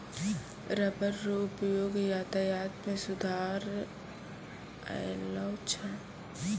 rubber रो उपयोग यातायात मे सुधार अैलौ छै